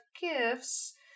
gifts